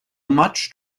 much